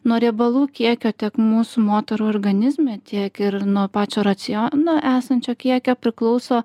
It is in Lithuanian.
nuo riebalų kiekio tiek mūsų moterų organizme tiek ir nuo pačio raciono esančio kiekio priklauso